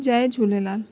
Jay Jhulelal